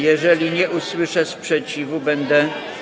Jeżeli nie usłyszę sprzeciwu, będę.